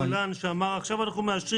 -- ליאיר גולן שאמר: עכשיו אנחנו מאשרים